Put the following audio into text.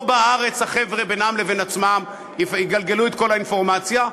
או בארץ החבר'ה בינם לבין עצמם יגלגלו את כל האינפורמציה,